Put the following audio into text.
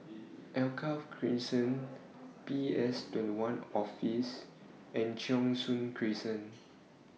Alkaff Crescent P S twenty one Office and Cheng Soon Crescent